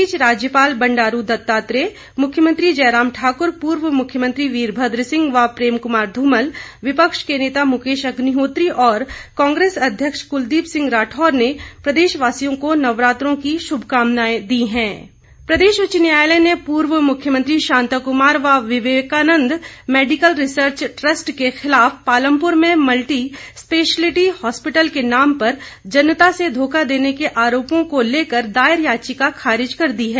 इस बीच राज्यपाल बंडारू दत्तात्रेय मुख्यमंत्री जयराम ठाकुर पूर्व मुख्यमंत्री वीरभद्र सिंह व प्रेम कुमार धूमल विपक्ष के नेता मुकेश अग्निहोत्री और कांग्रेस अध्यक्ष कुलदीप सिंह राठौर ने प्रदेशवासियों को नवरात्रों की शुभकामनाएं दी है शांता कुमार प्रदेश उच्च न्यायालय ने पूर्व मुख्यमंत्री शांता कुमार व विवेकानंद मैडिकल रिसर्च ट्रस्ट के खिलाफ पालमपुर में मल्टी स्पेशियलिटी हॉस्पिटल के नाम पर जनता से धोखा देने के आरोपों को लेकर दायर याचिका खारिज कर दी है